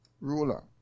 ruler